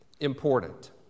important